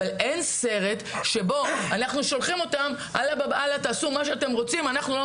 אין סרט שבו אנחנו שולחים אותם ואין לנו שום אחריות